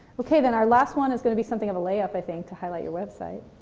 ok, then our last one is going to be something of a layup, i think, to highlight your website.